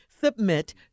Submit